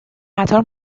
قطار